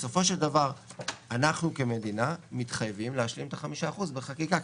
בסופו של דבר אנחנו כמדינה מתחייבים להשלים את ה-5% בחקיקה,